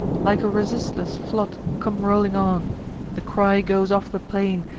like a resistless flood, come rolling on the cry goes off the plain,